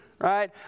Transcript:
right